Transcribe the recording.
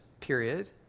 period